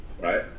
right